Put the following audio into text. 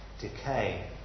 decay